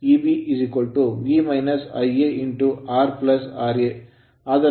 Eb V Ia R ra ಆದರೆ ಓಡುವ ಸ್ಥಿತಿಯಲ್ಲಿ R 0